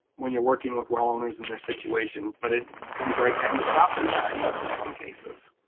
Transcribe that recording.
when you're working with well owners and their situation. but it comes right down to property values in some cases.